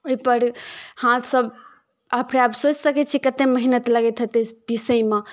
ओहि पर हाथ सँ बाप रे बाप सोचि सकै छियै कते मेहनत लगैत हेतै पीसैमे